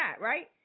Right